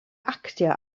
actio